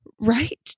right